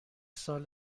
سال